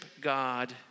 God